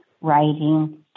writing